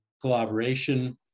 collaboration